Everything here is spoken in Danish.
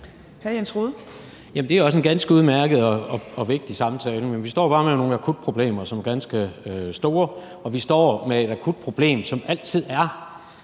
Det er også en ganske udmærket og vigtig samtale, men vi står bare med nogle akutte problemer, som er ganske store, og vi står med et akut problem, som altid er,